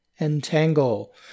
Entangle